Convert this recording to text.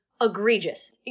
egregious